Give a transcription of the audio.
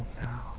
now